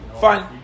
fine